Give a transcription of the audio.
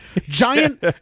Giant